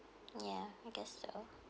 ya I guess so